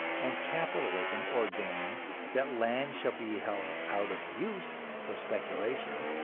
and capitalism ordains that land shall be held out of use for speculation,